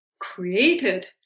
created